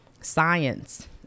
science